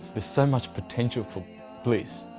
there's so much potential for bliss.